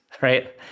right